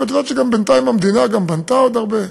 ואת יודעת שבינתיים המדינה גם בנתה עוד הרבה,